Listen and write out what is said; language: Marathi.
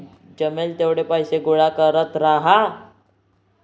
जमेल तेवढे पैसे गोळा करत राहा